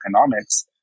economics